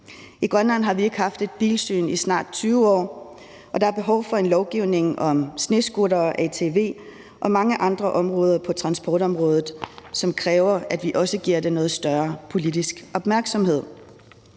I Grønland har vi ikke haft et bilsyn i snart 20 år, og der er behov for en lovgivning om snescootere, ATV'er og mange andre områder på transportområdet, som kræver, at vi også giver det noget større politisk opmærksomhed.